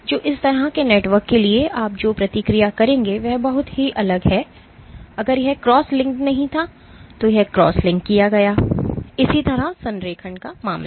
तो इस तरह के नेटवर्क के लिए आप जो प्रतिक्रिया करेंगे वह बहुत अलग है अगर यह क्रॉस लिंक्ड नहीं था तो यह क्रॉस लिंक किया गया था इसी तरह संरेखण का मामला